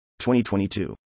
2022